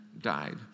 died